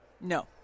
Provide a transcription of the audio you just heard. No